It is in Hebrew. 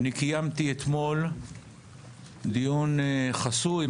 אני קיימתי אתמול דיון חסוי,